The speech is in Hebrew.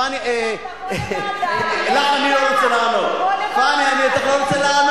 פניה, לך אני לא רוצה לענות.